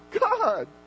God